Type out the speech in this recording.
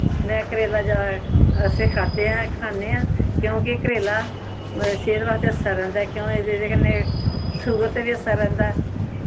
मे करेला जादै असें ठाक्केआ ऐ खाने आं क्युंकि करेला सेह्त बास्तै अच्छा रौह्ंदा क्युं एह्दे कन्नै शुरू दा गै अच्छा रौह्ंदा ऐ